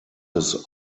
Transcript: his